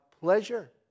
pleasure